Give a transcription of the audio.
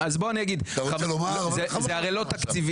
אז בוא אני אגיד, זה הרי לא תקציבי.